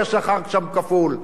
כי השכר שם כפול.